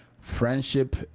friendship